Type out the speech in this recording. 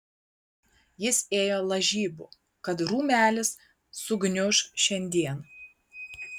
jis ėjo lažybų kad rūmelis sugniuš šiandien